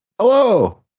Hello